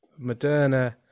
Moderna